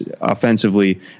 offensively